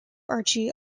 archie